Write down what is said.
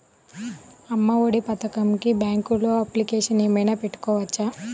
అమ్మ ఒడి పథకంకి బ్యాంకులో అప్లికేషన్ ఏమైనా పెట్టుకోవచ్చా?